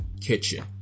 kitchen